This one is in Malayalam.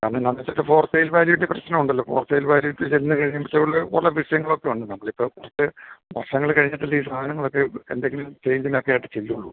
സാർനെന്നാന്ന് വെച്ചാൽ ഫോർ സെയ്ൽ വാല്യൂൻ്റെ പ്രശ്നം ഉണ്ടല്ലോ ഫോർ സെയിൽ വാല്യൂ ചെന്ന് കഴിയ്മ്പത്തേ ഉള്ള കുറെ വിഷയങ്ങളൊക്കെയുണ്ട് നമ്മളിപ്പം കുറച്ച് വർഷങ്ങൾ കഴിഞ്ഞിട്ടല്ലേ ഈ സാധനങ്ങളൊക്കെ എന്തെങ്കിലും ചേഞ്ചിനൊക്കെയായിട്ട് ചെല്ലുകയുള്ളൂ